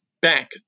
back